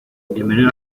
bienvenido